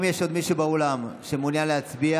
האם יש עוד מישהו באולם שמעוניין להצביע?